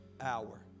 hour